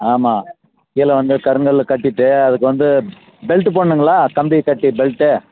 ஆமாம் கீழே வந்து கருங்கல் கட்டிவிட்டு அதுக்கு வந்து பெல்ட் போடணுங்களா கம்பி கட்டி பெல்ட்டு